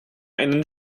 einen